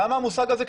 למה המושג הזה קטיפה?